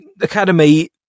academy